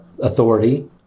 authority